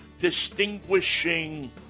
distinguishing